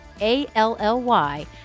A-L-L-Y